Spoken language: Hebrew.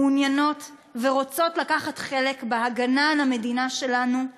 מעוניינות ורוצות לקחת חלק בהגנה על המדינה שלנו,